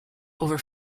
over